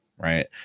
Right